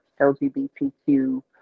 LGBTQ